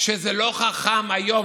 שזה לא חכם היום,